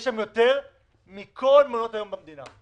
יש שם יותר מכל מעונות-היום במדינה.